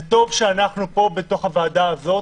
וטוב שאנחנו פה בוועדה הזאת